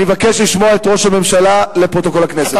אני מבקש לשמוע את ראש הממשלה לפרוטוקול הכנסת.